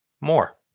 More